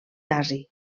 nazi